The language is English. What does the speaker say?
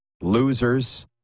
losers